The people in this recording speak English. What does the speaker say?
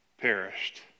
perished